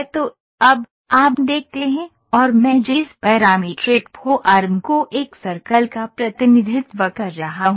तो अब आप देखते हैं और मैं जिस पैरामीट्रिक फॉर्म को एक सर्कल का प्रतिनिधित्व कर रहा हूं